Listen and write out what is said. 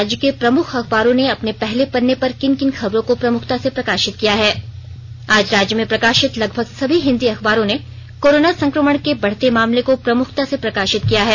राज्य के प्रमुख अखबारों ने अपने पहले पत्रे पर किन किन खबरों को प्रमुखता से प्रकाशित किया है आज राज्य में प्रकाशित लगभग सभी हिंदी अखबारों ने कोरोना संक्रमण के बढ़ते मामले को प्रमुखता से प्रकाशित किया है